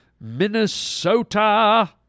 Minnesota